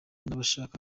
n’abashaka